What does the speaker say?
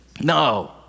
No